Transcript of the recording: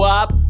up